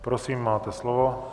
Prosím, máte slovo.